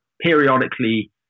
periodically